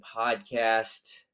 podcast